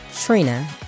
Trina